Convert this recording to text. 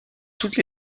toutes